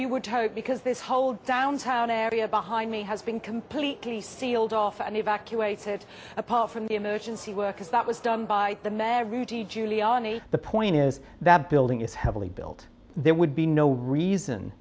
hope because this whole downtown area behind me has been completely sealed off and evacuated apart from the emergency workers that was done by the mayor rudy giuliani the point is that building is heavily built there would be no reason